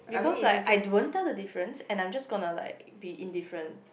because like I don't tell the difference and I'm just gonna like be indifferent